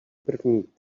první